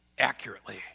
Accurately